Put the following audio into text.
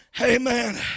Amen